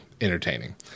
entertaining